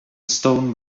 stone